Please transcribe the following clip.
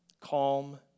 calm